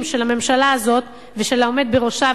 של הממשלה הזאת ושל העומד בראשה.